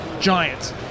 giants